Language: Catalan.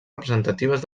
representatives